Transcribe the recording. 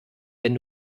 wenn